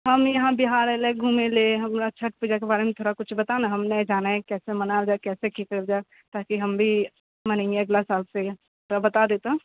हम यहाँ बिहार एलियै घूमै लए हमरा छठि पूजा के बारेमे थोड़ा कुछ बताउ ने हम नहि जानै कैसे मनायल जाइ कैसे कयल जाइ ताकि हम भी मानाइ अगला साल से थोड़ा बता दे तौं